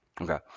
okay